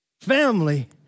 family